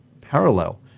parallel